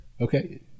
Okay